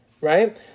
right